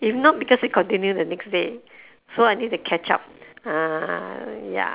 if not because it continue the next day so I need to catch up ah ya